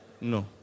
No